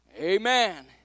Amen